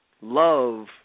love